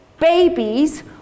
babies